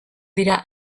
dira